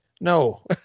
No